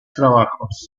trabajos